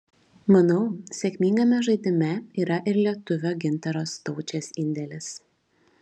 manau sėkmingame žaidime yra ir lietuvio gintaro staučės indėlis